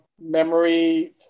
Memory